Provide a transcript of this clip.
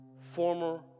former